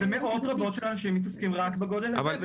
מאות רבות של אנשים מתעסקים רק בקבוצות בגודל הזה.